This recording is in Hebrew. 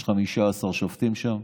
יש 15 שופטים שם.